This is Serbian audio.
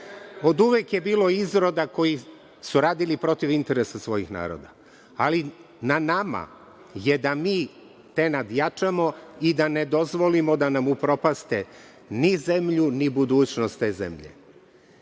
Oduvek je bilo izroda koji su radili protiv interesa svojih naroda, ali na nama je da mi te nadjačamo i da ne dozvolimo da nam upropaste ni zemlju ni budućnost te